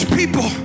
people